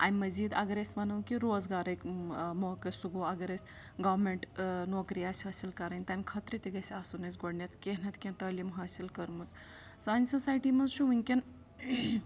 اَمہِ مٔزیٖد اگر أسۍ وَنو کہِ روزگارٕکۍ موقعہٕ سُہ گوٚو اگر أسۍ گورمٮ۪نٛٹ نوکری آسہِ حٲصِل کَرٕنۍ تَمہِ خٲطرٕ تہِ گژھِ آسُن اَسہِ گۄڈٕنٮ۪تھ کیٚنٛہہ نَتہٕ کیٚنٛہہ تٲلیٖم حٲصِل کٔرمٕژ سانہِ سوسایٹی منٛز چھُ وٕنۍکٮ۪ن